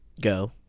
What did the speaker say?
go